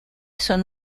son